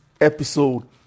episode